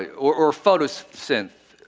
or or photosynth,